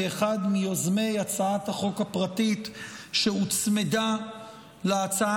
כאחד מיוזמי הצעת החוק הפרטית שהוצמדה להצעה